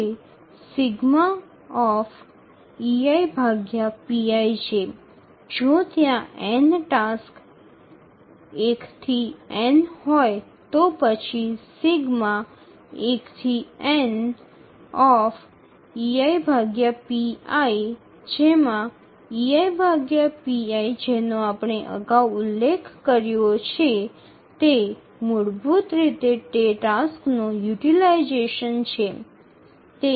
તે ∑ છે જો ત્યાં n ટાસક્સ 1 થી n હોય તો પછી જેનો આપણે અગાઉ ઉલ્લેખ કર્યો છે તે મૂળભૂત રીતે તે ટાસ્કનો યુટીલાઈઝેશન છે